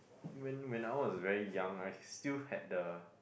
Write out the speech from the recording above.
when when I was very young I still had the